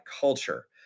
culture